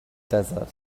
desert